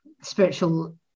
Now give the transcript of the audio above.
spiritual